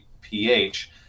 pH